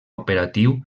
operatiu